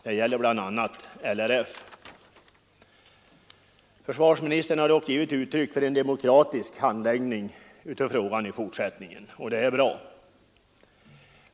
Det gäller bl.a. LRF. Försvarsministern har dock givit uttryck för att det skall bli en demokratisk handläggning av frågan i fortsättningen, och det är bra.